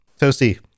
Toasty